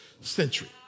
century